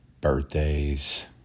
birthdays